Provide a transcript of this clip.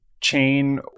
chain